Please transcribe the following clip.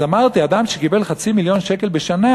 אז אמרתי, אדם שקיבל חצי מיליון שקל בשנה